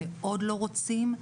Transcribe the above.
מאוד לא רוצים,